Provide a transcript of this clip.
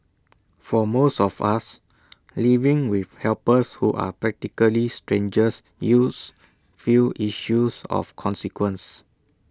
for most of us living with helpers who are practically strangers yields few issues of consequence